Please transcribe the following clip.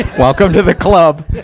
welcome to the club!